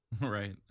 Right